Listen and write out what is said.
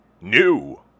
New